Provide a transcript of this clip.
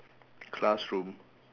classroom